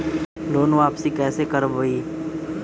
Loan वापसी कैसे करबी?